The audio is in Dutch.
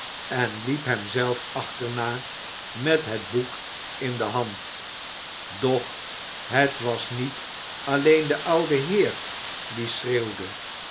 en liep hem zelf achterna met het boek in de hand doch het was niet alleen de oude heer die